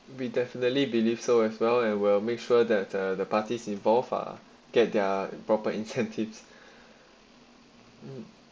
we definitely believe so as well and we'll make sure that uh the parties involved ah get their proper incentives